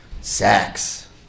sex